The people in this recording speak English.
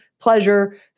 pleasure